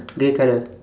grey colour